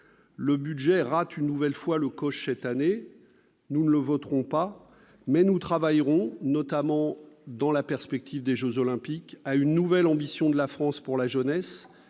Le budget rate cette année encore le coche ; nous ne le voterons donc pas. Néanmoins, nous travaillerons, notamment dans la perspective des jeux Olympiques, à une nouvelle ambition de la France pour la jeunesse,